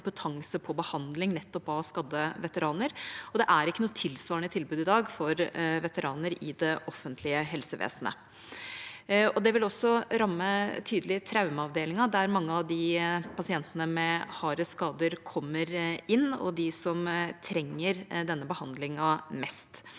det er ikke noe tilsvarende tilbud for veteraner i dag i det offentlige helsevesenet. Det vil også tydelig ramme traumeavdelingen, der mange av pasientene med hardest skader kommer inn, og de som trenger denne behandlingen mest.